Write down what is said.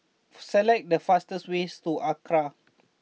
select the fastest ways to Acra